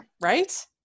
Right